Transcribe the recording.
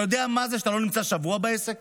אתה יודע מה זה שאתה לא נמצא שבוע בעסק?